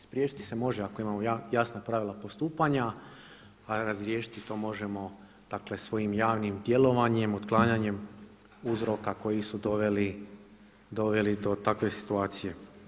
Spriječiti se može ako imamo jasna pravila postupanja a razriješiti to možemo dakle svojim javnim djelovanje, otklanjanjem uzroka koji su doveli do takve situacije.